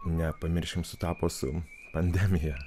nepamirškim sutapo su pandemija